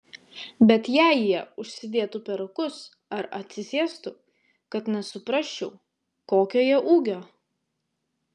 bet jei jie užsidėtų perukus ar atsisėstų kad nesuprasčiau kokio jie ūgio